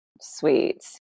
Sweet